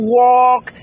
walk